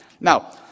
Now